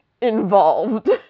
involved